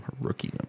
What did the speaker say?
Rookie